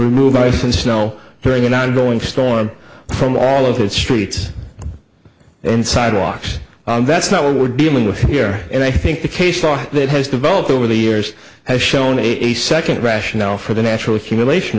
move ice and snow during an ongoing storm from all of its streets and sidewalks and that's not what we're dealing with here and i think the case thought that has developed over the years has shown a second rationale for the natural accumulation